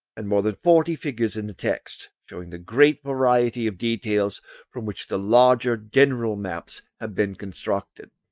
and more than forty figures in the text, showing the great variety of details from which the larger general maps have been constructed.